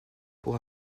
pour